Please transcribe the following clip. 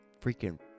freaking